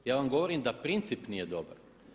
Ja vam govorim da princip nije dobar.